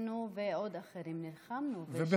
שנינו ועוד אחרים, נלחמנו ושינינו.